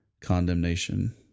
condemnation